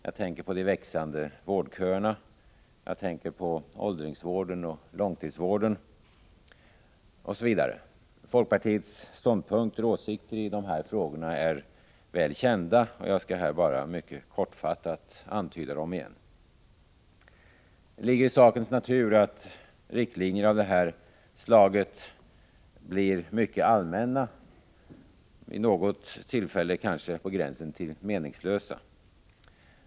Jag tänker på de växande vårdköerna. Jag tänker på åldringsvården och långtidsvården osv. Folkpartiets ståndpunkter och åsikteri dessa frågor är väl kända, och jag skall här bara mycket kortfattat antyda dem igen. Det ligger i sakens natur att riktlinjer av detta slag blir mycket allmänna — vid något tillfälle kanske på gränsen till meningslösa.